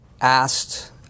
asked